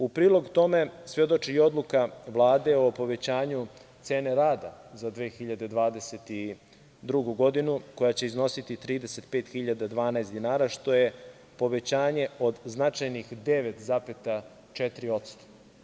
U prilog tome svedoči o Odluka Vlade o povećanju cene rada za 2022. godinu koja će iznositi 35.012. godina, što je povećanje od značajnih 9,4%